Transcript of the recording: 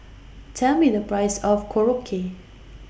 Tell Me The Price of Korokke